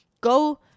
Go